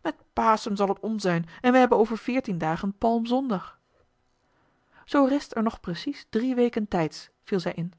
met paschen zal het om zijn en we hebben over veertien dagen palmzondag zoo rest er nog precies drie weken tijds viel zij in